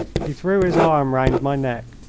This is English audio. he threw his arm round my neck,